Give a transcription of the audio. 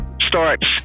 starts